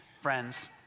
friends